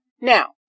Now